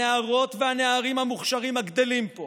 הנערות והנערים המוכשרים הגדלים פה